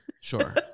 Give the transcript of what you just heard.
Sure